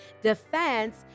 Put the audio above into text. Defense